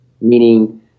meaning